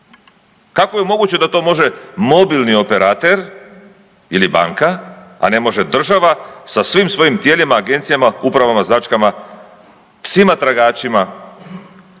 Kako je moguće da to može mobilni operater, ili banka, a ne može država sa svim svojim tijelima, agencijama, upravama, značkama, psima tragačima,